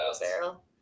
barrel